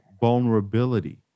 vulnerability